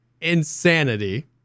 insanity